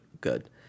good